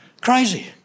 Crazy